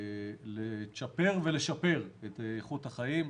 לצ'פר ולשפר את איכות החיים.